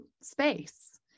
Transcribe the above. space